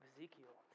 Ezekiel